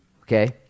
Okay